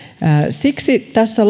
siksi tässä